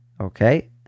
Okay